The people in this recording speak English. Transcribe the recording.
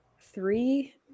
three